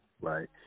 right